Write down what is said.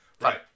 right